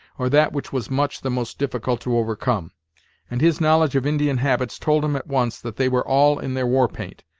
or that which was much the most difficult to overcome and his knowledge of indian habits told him at once that they were all in their war-paint,